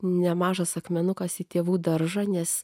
nemažas akmenukas į tėvų daržą nes